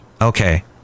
okay